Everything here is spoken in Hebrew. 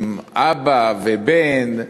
עם אבא ובן,